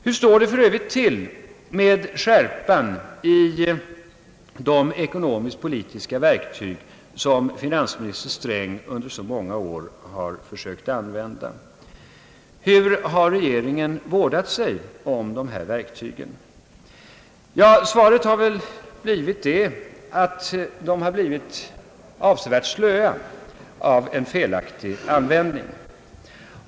Hur står det för övrigt till med skärpan på de ekonomisk-politiska verktyg som finansminister Sträng under så många år har försökt använda? Hur har regeringen vårdat sig om dessa verktyg? Svaret är väl att de har blivit avsevärt slöa genom felaktig användning.